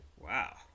Wow